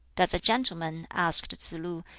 does a gentleman, asked tsz-lu,